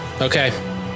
Okay